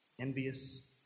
envious